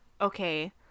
okay